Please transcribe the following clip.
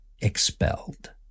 expelled